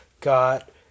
got